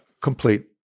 complete